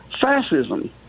fascism